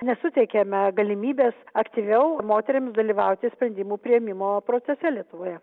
nesuteikiame galimybės aktyviau moterims dalyvauti sprendimų priėmimo procese lietuvoje